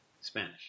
Spanish